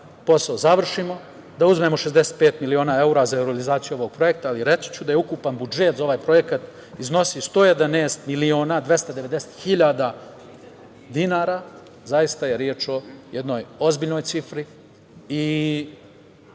posao završimo, da uzmemo 65 miliona evra za realizaciju ovog projekta. Reći ću da ukupan budžet za ovaj projekat iznosi 111 miliona 290 hiljada dinara. Zaista je reč o jednoj ozbiljnoj cifri.